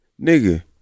nigga